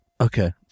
Okay